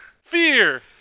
Fear